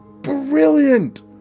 brilliant